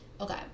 Okay